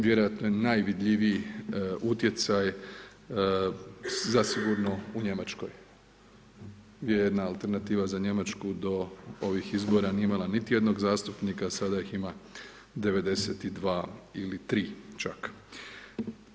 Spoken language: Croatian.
Vjerojatno je najvidljiviji utjecaj zasigurno u Njemačkoj gdje je jedna alternativa za Njemačku do ovih izbora nije imala niti jednog zastupnika, sada ih ima '92. ili tri čak.